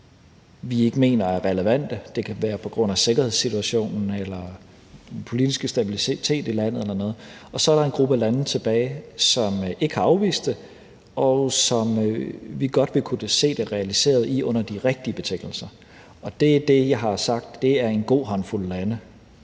som vi ikke mener er relevante – det kan være på grund af sikkerhedssituationen, den politiske stabilitet i landet eller andet – og så er der en gruppe lande tilbage, som ikke har afvist det, og som vi godt ville kunne se det realiseret i under de rigtige betingelser. Og det er det, jeg har sagt er en god håndfuld lande